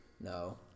No